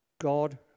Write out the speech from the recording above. God